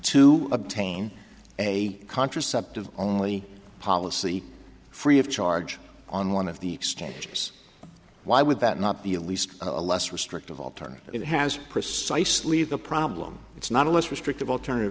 to obtain a contraceptive only policy free of charge on one of the exchanges why would that not be a least a less restrictive alternative it has precisely the problem it's not a less restrictive alternative